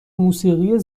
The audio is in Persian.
موسیقی